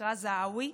שנקרא זהאווי,